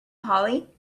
hollie